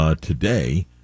today